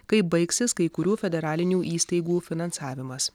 kai baigsis kai kurių federalinių įstaigų finansavimas